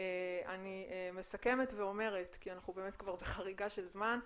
אני מסכמת ואומרת, כי אנחנו כבר בחריגה של זמן,